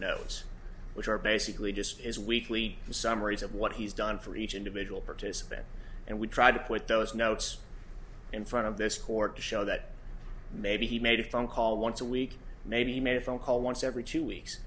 knows which are basically just his weekly summaries of what he's done for each individual participant and we try to put those notes in front of this court to show that maybe he made a phone call once a week maybe made a phone call once every two weeks